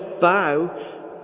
bow